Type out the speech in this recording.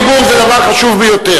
זכות דיבור זה דבר חשוב ביותר,